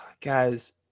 Guys